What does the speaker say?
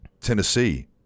Tennessee